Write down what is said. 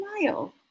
smile